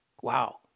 Wow